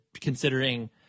considering